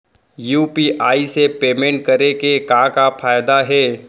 UPI से payment करे के का का फायदा हे?